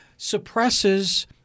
suppresses